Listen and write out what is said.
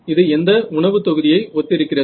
இது எந்த உணவு தொகுதியை ஒத்திருக்கிறது